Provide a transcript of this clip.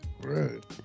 Right